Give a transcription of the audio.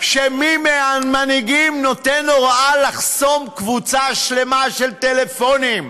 כשמי מהמנהיגים נותן הוראה לחסום קבוצה שלמה של טלפונים.